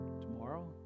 tomorrow